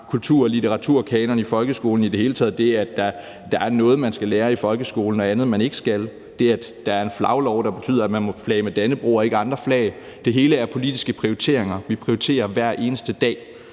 kultur- og litteraturkanon i folkeskolen i det hele taget; det, at der er noget, man skal lære i folkeskolen og andet man ikke skal; det, at der er en flaglov, der betyder, at man må flage med dannebrog og ikke andre flag, er alt sammen politiske prioriteringer. Vi prioriterer hver eneste dag,